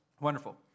Wonderful